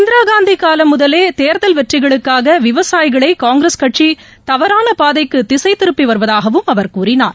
இந்திரா காந்தி காலம் முதலே தேர்தல் வெற்றிகளுக்காக விவசாயிகளை காங்கிரஸ் கட்சி தவறான பாதைக்கு திசைத்திருப்பி வருவதாகவும் அவர் கூறினார்